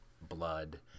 blood